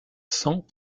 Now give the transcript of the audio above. sans